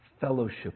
fellowship